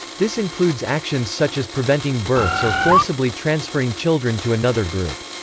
this includes actions such as preventing births or forcibly transferring children to another group.